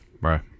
right